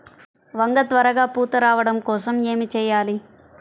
వంగ త్వరగా పూత రావడం కోసం ఏమి చెయ్యాలి?